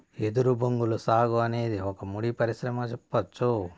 ఎదురు బొంగుల సాగు అనేది ఒక ముడి పరిశ్రమగా సెప్పచ్చు